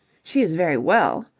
she is very well.